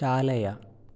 चालय